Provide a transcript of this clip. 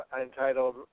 Entitled